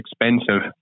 expensive